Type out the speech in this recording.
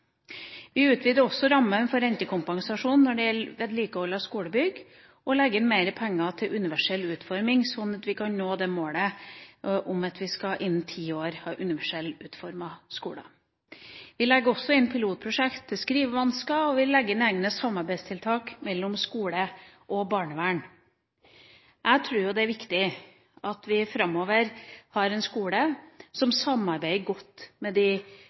Vi utvider også rammen for rentekompensasjon når det gjelder vedlikehold av skolebygg, og legger inn mer penger til universell utforming, sånn at vi kan nå målet om at vi innen ti år skal ha universelt utformede skoler. Vi legger også inn pilotprosjekt til dem med skrivevansker, og vi legger inn egne samarbeidstiltak mellom skole og barnevern. Jeg tror det er viktig at vi framover har en skole som samarbeider godt med de